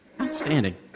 Outstanding